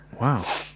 Wow